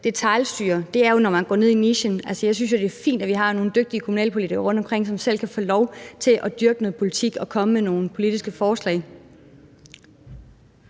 det er fint, at vi har nogle dygtige kommunalpolitikere rundtomkring, som selv kan få lov til at dyrke noget politik og komme med nogle politiske forslag.